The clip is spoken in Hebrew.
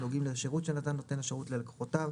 הנוגעים לשירות שנתן נותן השירות ללקוחותיו,